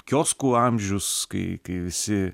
kioskų amžius kai kai visi